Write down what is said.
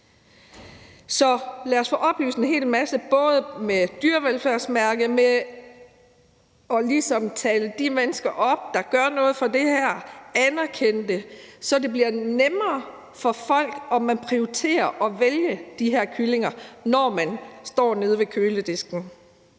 Så lad os få oplyst en hel masse, både i form af et dyrevelfærdsmærke og ved ligesom at tale de mennesker op, der gør noget for det her, og anerkende det, så det bliver nemmere for folk at prioritere og vælge de her kyllinger, når de står nede ved køledisken.